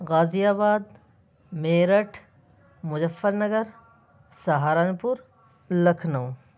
غازی آباد Meerut Muzaffarnagar Saharanpur Lucknow